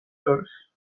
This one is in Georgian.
შორის